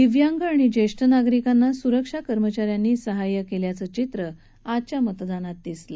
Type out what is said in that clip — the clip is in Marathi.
दिव्यांग आणि ज्येष्ठ नागरिकांना सुरक्षा कर्मचा यांनी सहाय्य केल्याचं चित्र आजच्या मतदानात दिसलं